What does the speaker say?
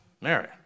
Mary